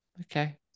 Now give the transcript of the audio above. okay